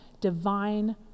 divine